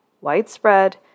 widespread